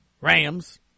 Rams